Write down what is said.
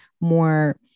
more